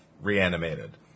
reanimated